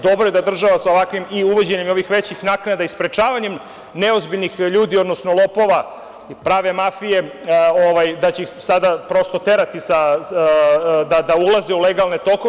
Dobro je da država sa ovakvim i uvođenjem ovih većih naknada i sprečavanjem neozbiljnih ljudi, odnosno lopova i prave mafije, da će ih sada prosto terati da ulaze u legalne tokove.